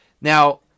Now